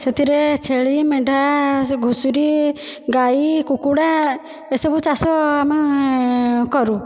ସେଥିରେ ଛେଳି ମେଣ୍ଢା ସେ ଘୁଷୁରୀ ଗାଈ କୁକୁଡ଼ା ଏସବୁ ଚାଷ ଆମେ କରୁ